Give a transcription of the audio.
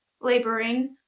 laboring